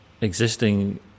existing